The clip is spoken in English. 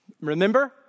Remember